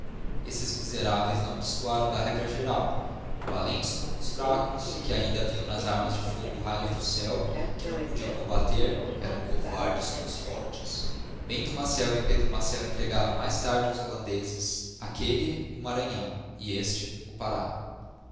esses miseráveis não destoaram da regra geral valentes com os fracos que ainda viam nas armas de fogo raios do céu que não podiam combater eram cobardes com os fortes bento maciel e pedro maciel entregavam mais tarde aos houandezes aquelle o maranhão e este o pará